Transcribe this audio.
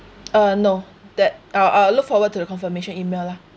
uh no that I'll I'll look forward to the confirmation email lah